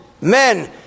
men